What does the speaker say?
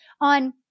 on